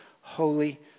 Holy